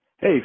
Hey